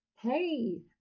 Hey